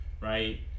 right